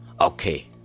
Okay